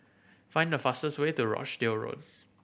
find the fastest way to Rochdale Road